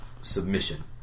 submission